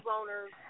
owners